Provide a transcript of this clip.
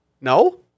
No